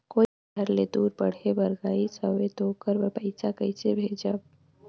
कोई घर ले दूर पढ़े बर गाईस हवे तो ओकर बर पइसा कइसे भेजब?